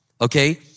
okay